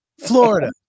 Florida